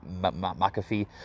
McAfee